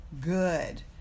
good